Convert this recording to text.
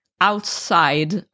outside